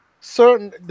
certain –